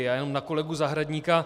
Já jenom na kolegu Zahradníka.